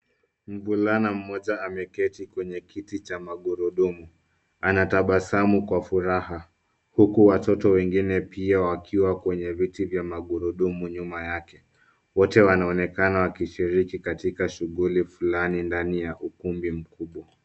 Mvulana mmoja ameketi kwenye kiti cha magurudumu anatabasamu kwa furaha, uku watoto wengine pia wakiwa kwenye viti vya magurudumu nyuma yake. Wote wanonekana wakishiriki katika shughuli fulani ndani ya ukumbi mkubwa.